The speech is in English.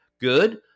good